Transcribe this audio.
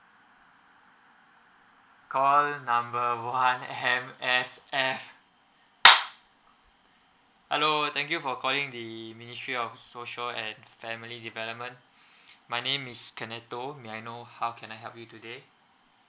call number one M_S_F hello thank you for calling the ministry of social and family development my name is kenneto may I know how can I help you today